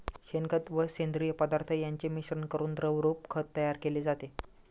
शेणखत व सेंद्रिय पदार्थ यांचे मिश्रण करून द्रवरूप खत तयार केले जाते